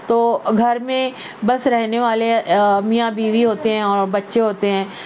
تو گھر میں بس رہنے والے میاں بیوی ہوتے ہیں اور بچے ہوتے ہیں